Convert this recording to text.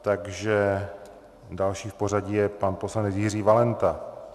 Takže další v pořadí je pan poslanec Jiří Valenta.